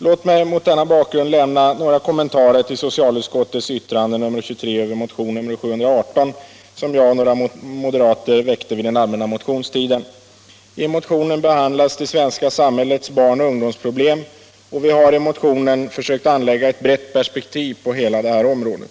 Låt mig mot den bakgrunden göra några kommentarer till vad socialutskottet har skrivit i sitt betänkande nr 23 över motionen 718, som jag och några andra moderater väckte under den allmänna motionstiden. I den motionen behandlas det svenska samhällets barnoch ungdomsproblem, och vi har där försökt anlägga ett brett perspektiv på hela detta område.